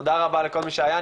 תודה רבה לכל מי שהיה,